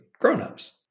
grownups